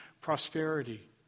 prosperity